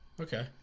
Okay